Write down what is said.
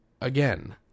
Again